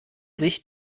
sich